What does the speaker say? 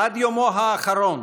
עד יומו האחרון